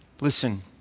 Listen